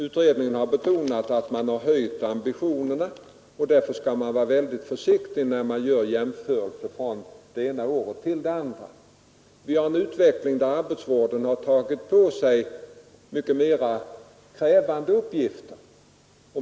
Utredningen har betonat att man höjt ambitionerna, varför man bör vara försiktig när man gör jämförelser från det ena året till det andra. Vi har en utveckling där arbetsvården tagit på sig mycket mera krävande uppgifter.